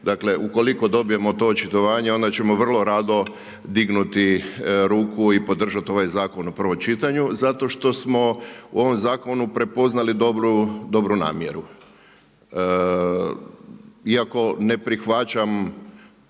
Dakle ukoliko dobijemo to očitovanje onda ćemo vrlo rado dignuti ruku i podržati ovaj zakon u prvom čitanju, zato što smo u ovom zakonu prepoznali dobru namjeru. Iako ne prihvaćam